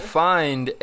find